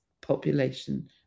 population